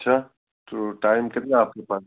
اچھا تو ٹائم کتنا آپ کے پاس